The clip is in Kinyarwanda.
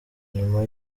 nyuma